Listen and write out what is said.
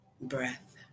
Breath